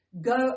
go